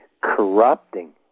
corrupting